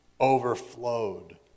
overflowed